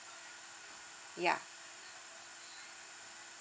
yeah